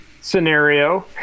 scenario